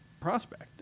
prospect